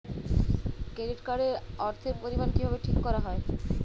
Credit card এর অর্থের পরিমান কিভাবে ঠিক করা হয়?